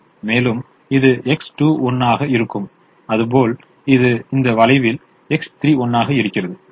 மேலும் இது X21 ஆக இருக்கும் அதுபோல் இது இந்த வளைவில் X31 ஆக இருக்கிறது